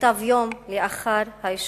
נכתב יום לאחר האישור.